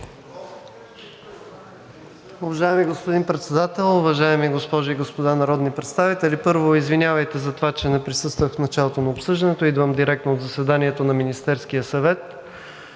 господин Председател, уважаеми госпожи и господа народни представители! Първо, извинявайте за това, че не присъствах в началото на обсъждането – идвам директно от заседанието на Министерския съвет.